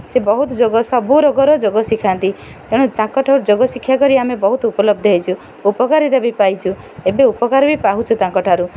ସେ ବହୁତ ଯୋଗ ସବୁ ରୋଗର ଯୋଗ ଶିଖାନ୍ତି ତେଣୁ ତାଙ୍କଠାରୁ ଯୋଗ ଶିକ୍ଷା କରି ଆମେ ବହୁତ ଉପଲବ୍ଧ ହୋଇଛୁ ଉପକାରିତା ବି ପାଇଛୁ ଏବେ ଉପକାର ବି ପାଉଛୁ ତାଙ୍କଠାରୁ